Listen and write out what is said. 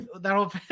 that'll